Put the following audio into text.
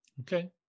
Okay